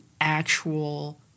actual